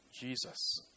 Jesus